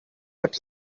but